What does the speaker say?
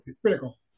Critical